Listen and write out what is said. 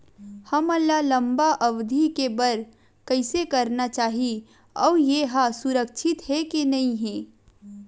हमन ला लंबा अवधि के बर कइसे करना चाही अउ ये हा सुरक्षित हे के नई हे?